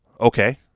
okay